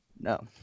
No